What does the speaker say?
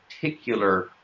particular